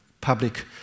public